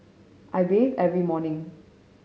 I bathe every morning